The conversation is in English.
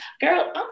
Girl